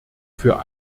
für